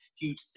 huge